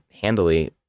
handily